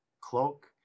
cloak